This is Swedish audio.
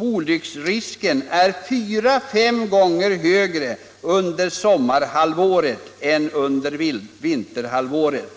olycksrisken är fyra-fem gånger större under sommarhalvåret än under vinterhalvåret.